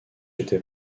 était